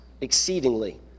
exceedingly